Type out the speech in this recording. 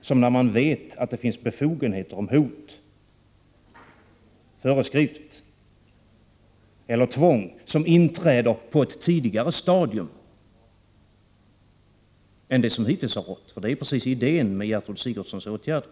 som när man vet att det finns befogenheter att hota med föreskrifter eller tvång som inträder på ett tidigare stadium än vad som hittills har gällt. Det är ju precis idén med Gertrud Sigurdsens åtgärder.